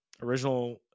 Original